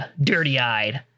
dirty-eyed